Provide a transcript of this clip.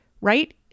right